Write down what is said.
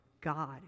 God